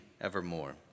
evermore